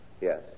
Yes